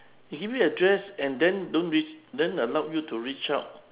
he give you address and then don't reach then allow you to reach out